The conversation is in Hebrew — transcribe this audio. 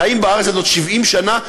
חיים בארץ הזאת 70 שנה,